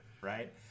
right